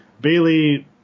Bailey